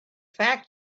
fact